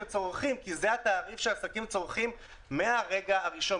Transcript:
צורכים כי זה התעריף שהעסקים צורכים מהרגע הראשון.